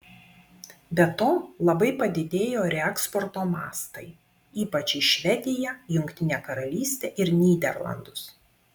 be to labai padidėjo reeksporto mastai ypač į švediją jungtinę karalystę ir nyderlandus